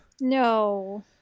No